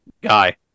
guy